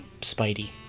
Spidey